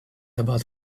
about